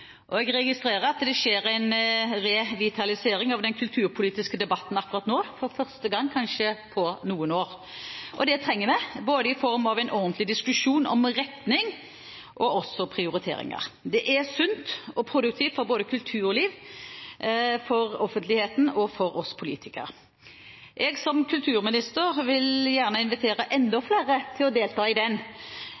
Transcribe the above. Og jeg registrerer at det skjer en revitalisering av den kulturpolitiske debatten akkurat nå – for første gang kanskje på noen år – og det trenger vi, både i form av en ordentlig diskusjon om retning, men også om prioriteringer. Det er sunt og produktivt for både kulturlivet, offentligheten og for oss politikere, og som kulturminister vil jeg gjerne invitere enda